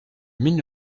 mille